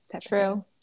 true